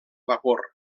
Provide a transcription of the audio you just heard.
vapor